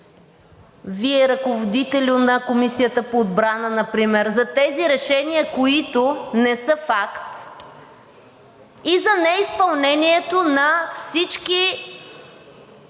Вие, Ръководителю на Комисията по отбрана, например за тези решения, които не са факт, и за неизпълнението на всички